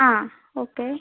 ആ ഓക്കെ